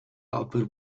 output